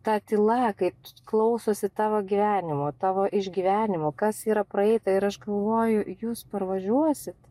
ta tyla kai klausosi tavo gyvenimo tavo išgyvenimų kas yra praeita ir aš galvoju jūs parvažiuosit